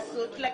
נחזור לגננת,